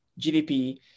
GDP